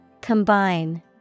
Combine